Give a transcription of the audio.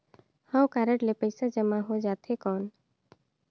हव कारड ले पइसा जमा हो जाथे कौन?